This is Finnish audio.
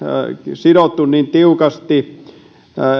sidottu niin tiukasti